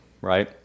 right